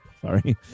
sorry